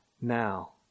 now